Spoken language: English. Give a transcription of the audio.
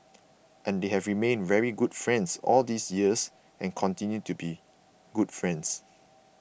and they have remained very good friends all these years and continue to be good friends